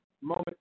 moment